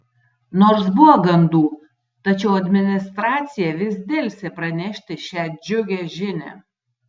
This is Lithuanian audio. nors buvo gandų tačiau administracija vis delsė pranešti šią džiugią žinią